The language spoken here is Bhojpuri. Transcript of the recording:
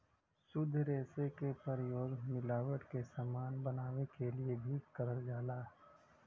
शुद्ध रेसे क प्रयोग मिलावट क समान बनावे क लिए भी करल जाला